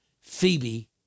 Phoebe